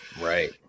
Right